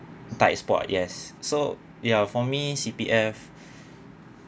tight spot yes so ya for me C_P_F